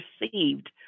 received